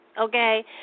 okay